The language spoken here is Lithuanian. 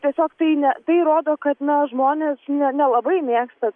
tiesiog tai ne tai rodo kad na žmonės ne nelabai mėgsta